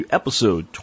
episode